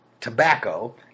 tobacco